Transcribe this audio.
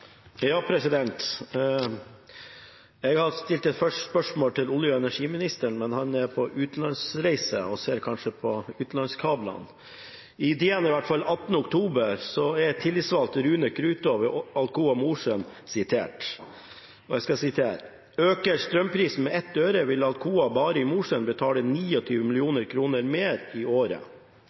men han er på utenlandsreise og ser kanskje på utenlandskablene. «I DN 18. oktober er tillitsvalgt Rune Krutå ved Alcoa Mosjøen sitert: «Øker strømprisen med 1 øre vil Alcoa bare i Mosjøen betale 29 millioner kroner mer i året.